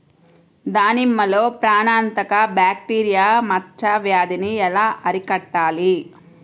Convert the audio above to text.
దానిమ్మలో ప్రాణాంతక బ్యాక్టీరియా మచ్చ వ్యాధినీ ఎలా అరికట్టాలి?